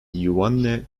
yvonne